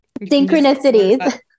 Synchronicities